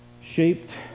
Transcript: shaped